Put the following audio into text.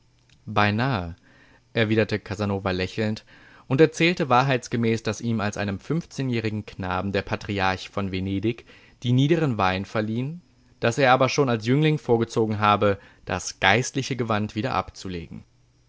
beinahe erwiderte casanova lächelnd und erzählte wahrheitsgemäß daß ihm als einem fünfzehnjährigen knaben der patriarch von venedig die niederen weihen verliehen daß er aber schon als jüngling vorgezogen habe das geistliche gewand wieder abzulegen